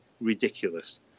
Ridiculous